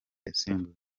yasimbuye